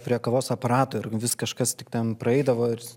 prie kavos aparato ir vis kažkas tik ten praeidavo ir